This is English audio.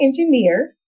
engineer